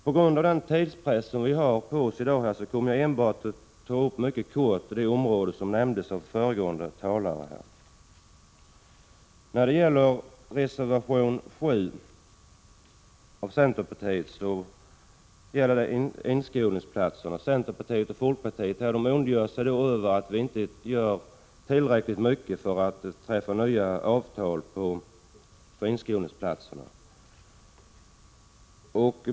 På grund av den tidspress som i dag råder kommer jag enbart att mycket kort ta upp de områden som nämnts av föregående talare. Reservation 7 av centerpartiet och folkpartiet handlar om inskolningsplatser. Reservanterna ondgör sig över att vi inte gör tillräckligt mycket för att träffa nya avtal om inskolningsplatser.